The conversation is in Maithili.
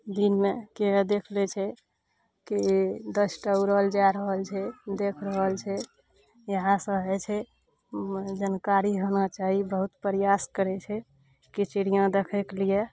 दिनमे के देख लै छै की दस टा उड़ल जा रहल छै देख रहल छै इहए सब होइ छै जनकारी होना चाही बहुत प्रयास करै छै की चिड़ियाँ देखै के लिए